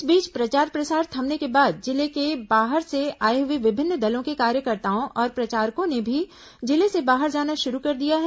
इस बीच प्रचार प्रसार थमने के बाद जिले के बाहर से आए हुए विभिन्न दलों के कार्यकर्ताओं और प्रचारकों ने भी जिले से बाहर जाना शुरू कर दिया है